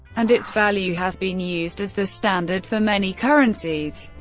and its value has been used as the standard for many currencies.